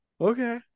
Okay